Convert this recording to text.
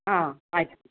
ಹಾಂ ಆಯಿತು